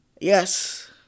Yes